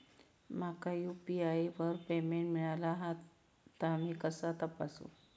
माका यू.पी.आय वर पेमेंट मिळाला हा ता मी कसा तपासू?